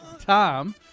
Tom